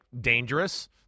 dangerous